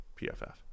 PFF